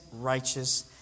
righteous